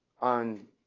on